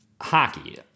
hockey